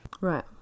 Right